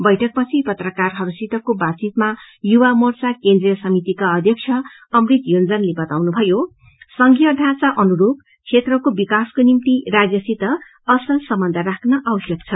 बैठकपछि पत्रकारहरूसितको बातचितमा युवा मोर्चा केन्द्रि समितिका अध्यक्ष अमृत योन्जनले बाताउनुभयो संसदीय ढाँचा अनुयप क्षेत्रको विकासको निम्ति राज्यसित असल सम्बन्ध राख्न आवश्यक छ